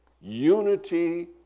Unity